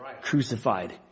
crucified